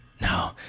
no